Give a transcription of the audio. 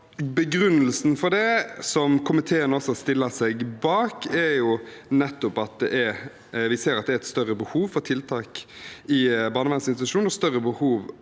Begrunnelsen for det, som komiteen også stiller seg bak, er nettopp at vi ser at det er et større behov for tiltak i barnevernsinstitusjon og et større behov